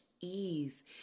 ease